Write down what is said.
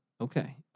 Okay